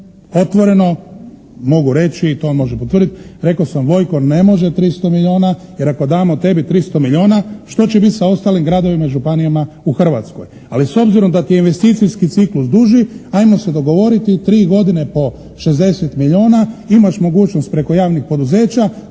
Otvoreno mogu reći i to on može potvrditi, rekao sam Vojko ne može 300 milijuna jer ako damo tebi 300 milijuna što će biti sa ostalim gradovima i županijama u Hrvatskoj. Ali s obzirom da ti je investicijski ciklus duži, ajmo se dogovoriti tri godine po 60 milijuna, imaš mogućnost preko javnih poduzeća,